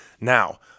Now